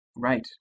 Right